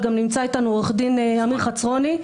אבל גם נמצא איתנו עורך הדין אמיר חצרוני,